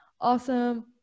awesome